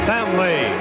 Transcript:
Family